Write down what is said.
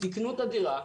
תיקנו את הדירה.